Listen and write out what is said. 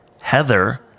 heather